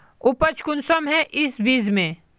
उपज कुंसम है इस बीज में?